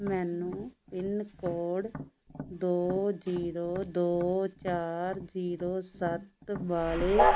ਮੈਨੂੰ ਪਿੰਨਕੋਡ ਦੋ ਜੀਰੋ ਦੋ ਚਾਰ ਜੀਰੋ ਸੱਤ ਵਾਲੇ